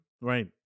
Right